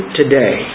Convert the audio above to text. today